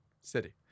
City